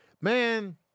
man